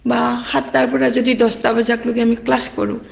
বা সাতটাৰ পৰা যদি দহটা বজালৈকে যদি আমি ক্লাছ কৰোঁ